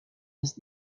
jest